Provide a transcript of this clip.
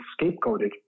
scapegoated